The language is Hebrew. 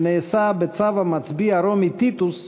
שנעשה בצו המצביא הרומי טיטוס,